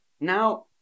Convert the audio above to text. Now